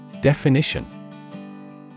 Definition